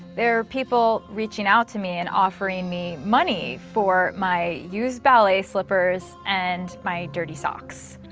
there're people reaching out to me and offering me money for my used ballet slippers and my dirty socks.